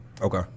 Okay